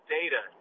data